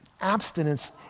Abstinence